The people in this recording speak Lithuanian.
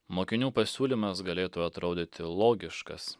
mokinių pasiūlymas galėtų atrodyti logiškas